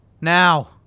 Now